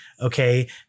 Okay